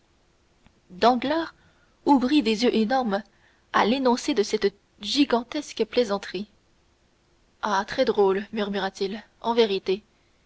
danglars ouvrit des yeux énormes à l'énoncé de cette gigantesque plaisanterie ah très drôle murmura-t-il en vérité